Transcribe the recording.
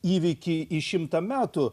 įvykį į šimtą metų